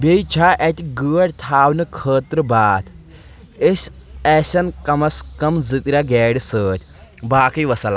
بیٚیہِ چھا اتہِ گٲڑۍ تھاونہٕ خٲطرٕ باتھ أسۍ آسَن کم از کم زٕ ترٛےٚ گاڑِ سۭتۍ باقٕے وسلام